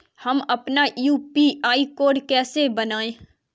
हम अपना UPI code कैसे बनाएँ?